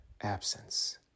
absence